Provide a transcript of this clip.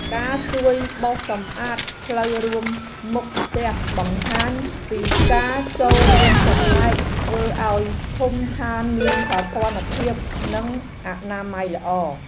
ការជួយបោសសម្អាតផ្លូវរួមមុខផ្ទះបង្ហាញពីការចូលរួមចំណែកធ្វើឱ្យភូមិឋានមានសោភ័ណភាពនិងអនាម័យល្អ។